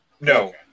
No